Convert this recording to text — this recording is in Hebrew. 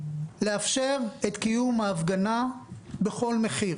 היא לאפשר את קיום ההפגנה בכל מחיר.